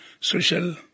social